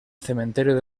cementerio